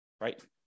right